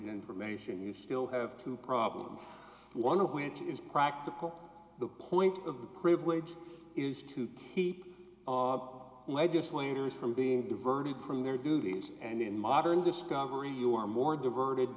information you still have two problems one of which is practical the point of the privilege is to keep legislators from being diverted from their duties and in modern discovery you are more diverted